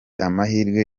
amahirwe